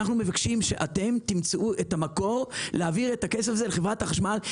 אנחנו מבקשים שאתם תמצאו את המקור להעביר את הכסף הזה לחברת החשמל,